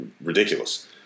ridiculous